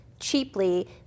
cheaply